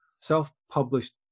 self-published